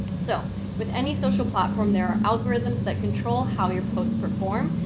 so with any social platform, there are algorithms that control how your post perform,